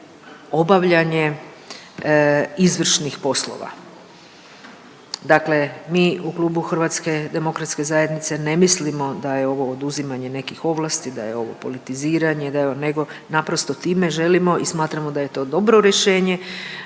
za obavljanje izvršnih poslova. Dakle, mi u Klubu HDZ-a ne mislimo da je ovo oduzimanje nekih ovlasti, da je ovo politiziranje, da je ovo nego naprosto time želimo i smatramo da je to dobro rješenje